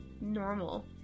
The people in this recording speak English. Normal